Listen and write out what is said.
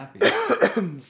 happy